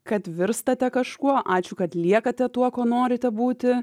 kad virstate kažkuo ačiū kad liekate tuo kuo norite būti